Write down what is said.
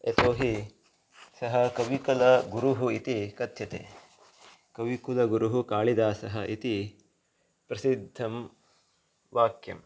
यतोहि सः कविकुलगुरुः इति कथ्यते कविकुलगुरुः कालिदासः इति प्रसिद्धं वाक्यम्